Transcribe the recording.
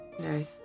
No